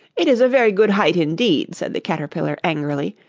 it is a very good height indeed said the caterpillar angrily,